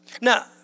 Now